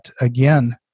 again